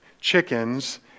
chickens